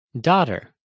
Daughter